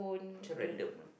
this one random ah